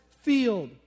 field